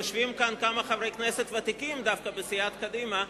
יושבים כאן כמה חברי כנסת ותיקים דווקא בסיעת קדימה,